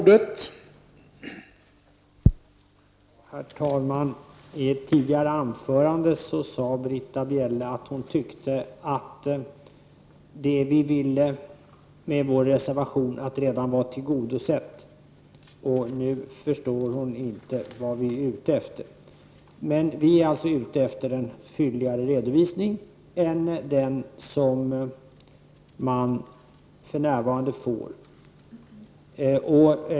Herr talman! I ett tidigare anförande sade Britta Bjelle att hon tyckte att det vi ville med vår reservation redan var tillgodosett. Då förstår hon inte vad vi är ute efter. Vi är alltså ute efter en fylligare redovisning än den som för närvarande finns.